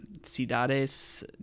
cidades